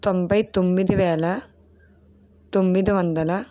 తొంభై తొమ్మిది వేల తొమ్మిది వందల